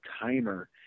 timer